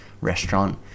restaurant